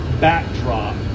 backdrop